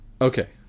Okay